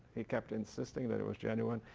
he kept insisting that it was genuine.